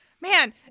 Man